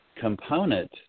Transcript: component